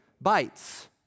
bites